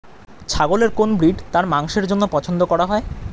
ছাগলের কোন ব্রিড তার মাংসের জন্য পছন্দ করা হয়?